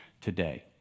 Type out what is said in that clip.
today